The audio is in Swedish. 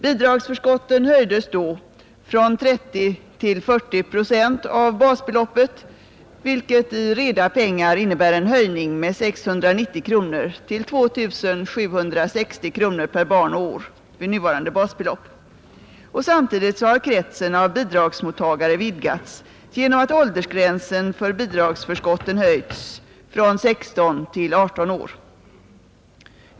Bidragsförskotten höjdes då från 30 till 40 procent av basbeloppet, vilket i reda pengar innebär en höjning med 690 kronor till 2760 kronor per barn och år vid nuvarande basbelopp. Samtidigt har kretsen av bidragsmottagare vidgats genom att åldersgränsen för bidragsförskotten höjts från 16 till 18 år.